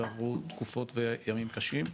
ועברו תקופות וימים קשים,